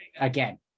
again